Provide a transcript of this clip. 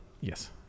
Yes